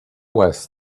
was